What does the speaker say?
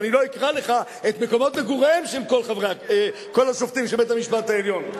ואני לא אקרא לך את מקומות מגוריהם של כל השופטים של בית-המשפט העליון.